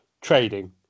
trading